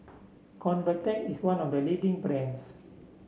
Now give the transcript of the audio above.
Convatec is one of the leading brands